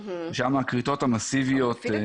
שם הכריתות המסיביות --- אבל לפי דעתי